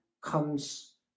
comes